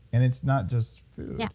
and it's not just food. yeah